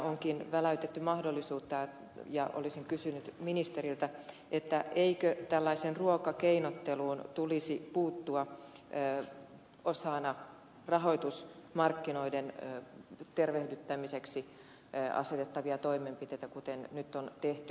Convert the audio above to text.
onkin väläytetty mahdollisuutta ja olisin kysynyt ministeriltä eikö tällaiseen ruokakeinotteluun tulisi puuttua osana rahoitusmarkkinoiden tervehdyttämiseksi asetettavia toimenpiteitä kuten nyt on tehty